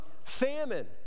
famine